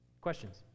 Questions